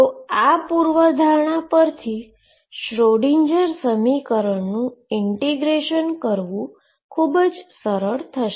તો આ પુર્વધારણા પરથી શ્રોડિંજર સમીકરણનું ઈન્ટીગ્રેશન કરવું ખુબ જ સરળ થશે